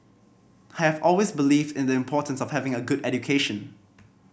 I have always believed in the importance of having a good education